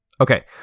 Okay